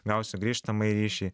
gausiu grįžtamąjį ryšį